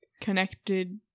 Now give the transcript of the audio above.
connected